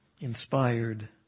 inspired